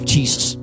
Jesus